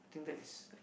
think that is